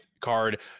card